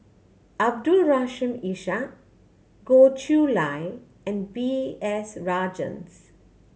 Abdul Rahim Ishak Goh Chiew Lye and B S Rajhans